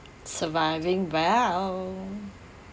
surviving well